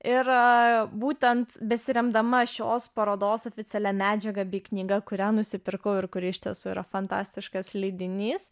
ir būtent besiremdama šios parodos oficialia medžiaga bei knygą kurią nusipirkau ir kuri iš tiesų yra fantastiškas leidinys